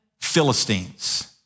Philistines